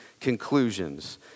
conclusions